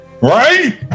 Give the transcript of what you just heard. right